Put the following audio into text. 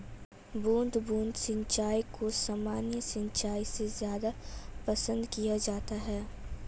बूंद बूंद सिंचाई को सामान्य सिंचाई से ज़्यादा पसंद किया जाता है